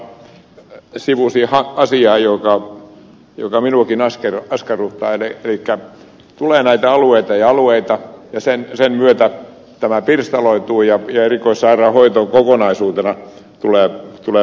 tiusanen puheenvuorossaan sivusi asiaa joka minuakin askarruttaa elikkä tulee näitä alueita ja alueita ja sen myötä tämä pirstaloituu ja erikoissairaanhoito kokonaisuutena tulee vaarantumaan